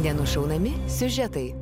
nenušaunami siužetai